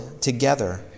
together